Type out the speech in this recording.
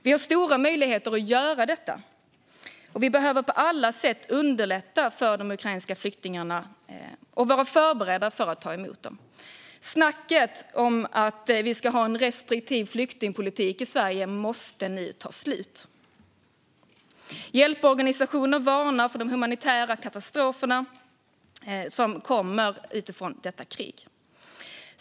Vi har stora möjligheter att göra detta, och vi behöver på alla sätt underlätta för de ukrainska flyktingarna och vara förberedda för att ta emot dem. Snacket om att vi ska ha en restriktiv flyktingpolitik i Sverige måste nu ta slut. Hjälporganisationer varnar för de humanitära katastroferna som kommer utifrån detta krig.